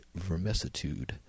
vermesitude